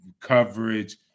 coverage